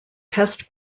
test